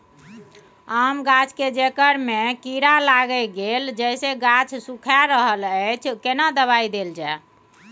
आम गाछ के जेकर में कीरा लाईग गेल जेसे गाछ सुइख रहल अएछ केना दवाई देल जाए?